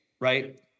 right